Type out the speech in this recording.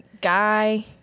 Guy